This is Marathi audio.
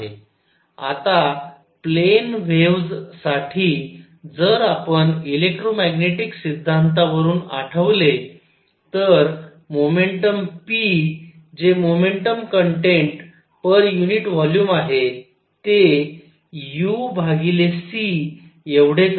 आता प्लेन व्हेव्ज साठी जर आपण इलेक्ट्रोमॅग्नेटिक सिद्धांतावरून आठवले तर मोमेंटम p जे momentum content per unit volume आहे ते u cएवढेच आहे